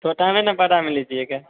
छोटा में ना बड़ा में लीजिएगा